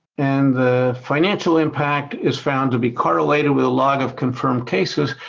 and the financial impact is found to be correlated with a log of confirmed cases,